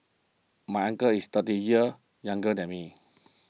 my uncle is thirty years younger than me